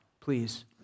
please